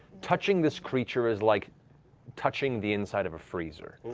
touching this creature is like touching the inside of a freezer.